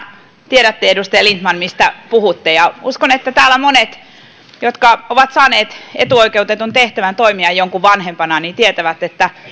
tiedätte edustaja lindtman mistä puhutte ja uskon että täällä monet jotka ovat saaneet etuoikeutetun tehtävän toimia jonkun vanhempana tietävät että